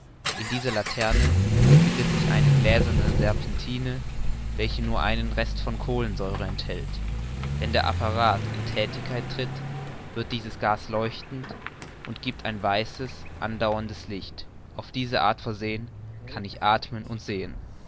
in dieser laterne befindet sich eine gläserne serpentine welche nur einen rest von kohlensäure enthält wenn der apparat in thätigkeit tritt wird dieses glas leuchtend und giebt ein weißliches andauerndes licht auf diese art versehen kann ich athmen und sehen